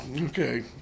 Okay